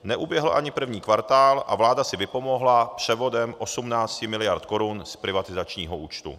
Neuběhl ani první kvartál a vláda si vypomohla převodem 18 miliard korun z privatizačního účtu.